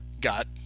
got